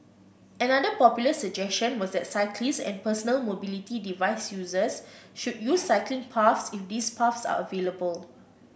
another popular suggestion was that cyclists and personal mobility device users should use cycling paths if these paths are available